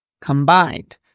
combined